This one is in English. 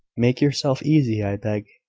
make yourself easy, i beg.